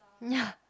ya